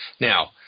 Now